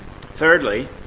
Thirdly